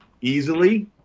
easily